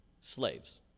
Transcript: slaves